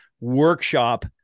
workshop